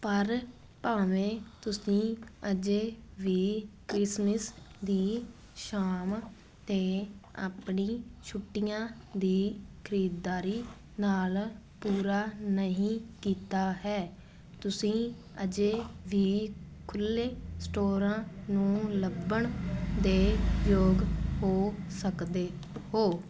ਪਰ ਭਾਵੇਂ ਤੁਸੀਂ ਅਜੇ ਵੀ ਕ੍ਰਿਸਮਿਸ ਦੀ ਸ਼ਾਮ ਅਤੇ ਆਪਣੀ ਛੁੱਟੀਆਂ ਦੀ ਖ਼ਰੀਦਦਾਰੀ ਨਾਲ ਪੂਰਾ ਨਹੀਂ ਕੀਤਾ ਹੈ ਤੁਸੀਂ ਅਜੇ ਵੀ ਖੁੱਲ੍ਹੇ ਸਟੋਰਾਂ ਨੂੰ ਲੱਭਣ ਦੇ ਯੋਗ ਹੋ ਸਕਦੇ ਹੋ